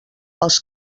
els